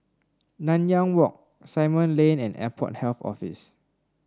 Nanyang Walk Simon Lane and Airport Health Office